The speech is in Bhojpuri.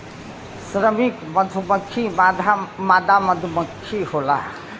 श्रमिक मधुमक्खी मादा मधुमक्खी होला